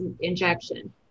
injection